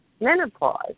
Menopause